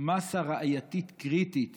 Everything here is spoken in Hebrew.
מאסה ראייתית קריטית